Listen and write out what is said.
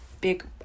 big